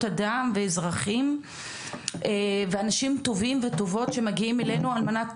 אדם ואזרחים ואנשים טובים וטובות שמגיעים ומגיעות אלינו על מנת